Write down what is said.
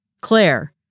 Claire